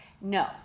No